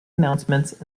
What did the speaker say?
announcements